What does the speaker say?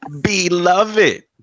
Beloved